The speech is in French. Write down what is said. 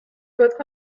votre